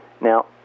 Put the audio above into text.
Now